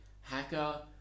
hacker